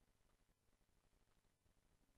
ההצעה להמשך הדיונים לוועדת הפנים והגנת הסביבה של הכנסת.